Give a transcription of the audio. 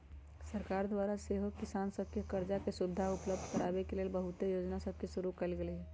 सरकार द्वारा सेहो किसान सभके करजा के सुभिधा उपलब्ध कराबे के लेल बहुते जोजना सभके शुरु कएल गेल हइ